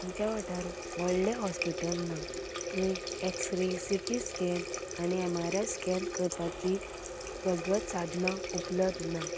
आमच्या वाठारांत व्हडलें हॉस्पिटल ना थंय एक्सरे सिटी स्केन आमी एम आर आय स्केन करपाची प्रगत सांधनां उपलब्द ना